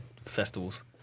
festivals